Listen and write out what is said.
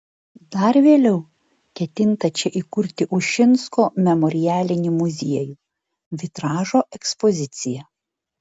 dar vėliau ketinta čia įkurti ušinsko memorialinį muziejų vitražo ekspoziciją